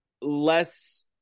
less